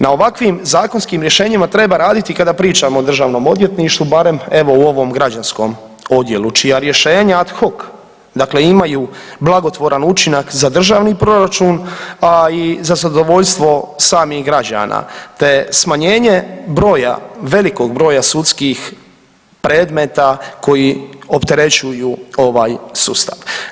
Na ovakvim zakonskim rješenjima treba raditi kada pričamo o DORH-u, barem evo, u ovom građanskom odjelu, čija rješenja ad hoc dakle imaju blagotvoran učinak za državni proračun, a i za zadovoljstvo samih građana te smanjenje broja, velikog broja sudskih predmeta koji opterećuju ovaj sustav.